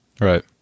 Right